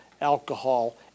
alcohol